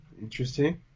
Interesting